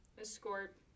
escort